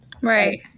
Right